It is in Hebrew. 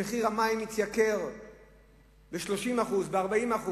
שמחיר המים יתייקר ב-30%, ב-40%,